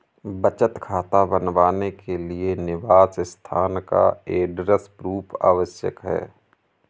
बचत खाता बनवाने के लिए निवास स्थान का एड्रेस प्रूफ आवश्यक है